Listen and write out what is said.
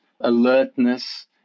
alertness